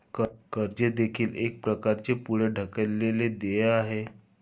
कर्ज देखील एक प्रकारचे पुढे ढकललेले देय आहे